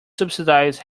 subsidized